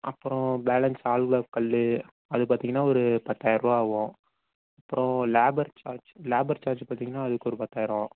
அப்புறம் பேலன்ஸ் ஆள்க்ளாஸ் கல் அது பார்த்தீங்கன்னா ஒரு பத்தாயர ரூபா ஆகும் அப்பறம் லேபர் சார்ஜ் லேபர் சார்ஜ் பார்த்தீங்கன்னா அதுக்கொரு பத்தாயிரம்